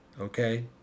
okay